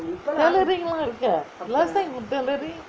tailoring lah இருக்கே:irukkae last time got tailoring